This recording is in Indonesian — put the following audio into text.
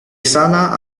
sana